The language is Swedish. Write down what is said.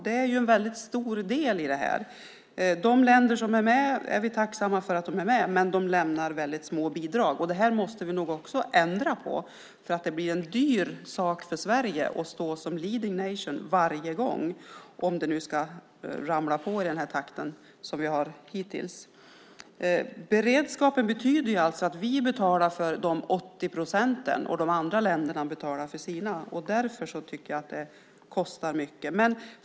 Det är en väldigt stor del av detta. Vi är tacksamma för de länder som är med, men de lämnar väldigt små bidrag. Det måste vi nog ändra på. Det blir en dyr sak för Sverige att stå som leading nation varje gång om det ska ramla på i samma takt som hittills. Beredskapen betyder att vi betalar för de 80 procenten och att de andra länderna betalar för sina, och därför kostar det mycket.